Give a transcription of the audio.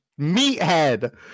meathead